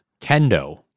Kendo